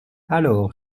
alors